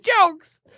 jokes